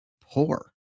poor